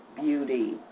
beauty